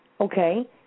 Okay